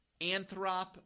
Anthrop